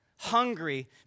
Hungry